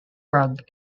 prague